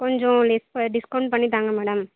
கொஞ்சம் less discount பண்ணி தாங்க மேடம்